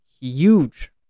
huge